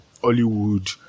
Hollywood